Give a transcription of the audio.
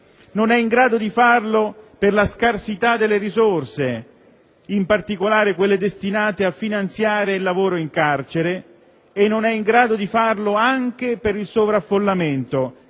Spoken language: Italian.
Non è in grado di farlo per la scarsità delle risorse, in particolare quelle destinate a finanziare il lavoro in carcere, e non è in grado di farlo anche per il sovraffollamento,